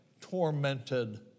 tormented